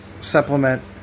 supplement